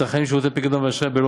הצרכנים של שירותי פיקדון ואשראי בלא